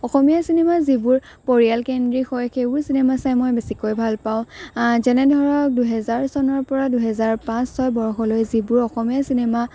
অসমীয়া cinema যিবোৰ পৰিয়াল কেন্দ্ৰিক হয় সেইবোৰ চিনেমা চাই মই বেছিকৈ ভাল পাওঁ যেনে ধৰক দুহেজাৰ চনৰ পৰা দুহেজাৰ পাঁচ ছয় বৰ্ষলৈ যিবোৰ অসমীয়া চিনেমা